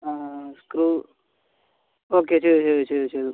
screw okay ചെയ്തു ചെയ്തു ചെയ്തു ചെയ്തു